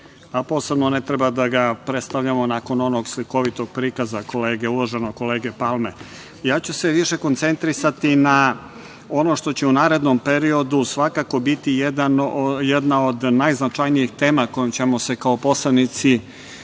a posebno ne treba da ga predstavljamo nakon onog slikovitog prikaza za kolege, uvaženog kolege Palme. Ja ću se više koncentrisati na ono što će u narednom periodu svakako biti jedna od najznačajnijih tema kojom ćemo se kao poslanici